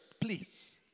Please